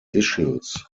issues